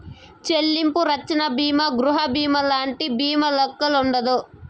చెల్లింపు రచ్చన బీమా గృహబీమాలంటి బీమాల్లెక్కుండదు